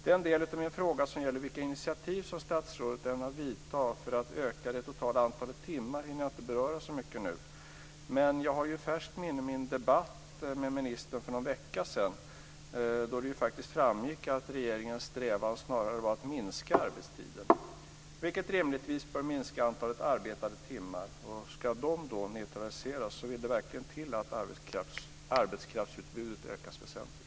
Den del av min fråga som gäller vilka initiativ som statsrådet ämnar ta för att öka det totala antalet timmar hinner jag inte beröra så mycket nu. Men jag har i färskt minne min debatt med ministern för någon vecka sedan då det framgick att regeringens strävan snarare var att minska arbetstiden, vilket rimligtvis bör minska antalet arbetade timmar. Ska dessa neutraliseras vill det verkligen till att arbetskraftsutbudet ökas väsentligt.